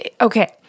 Okay